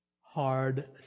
hard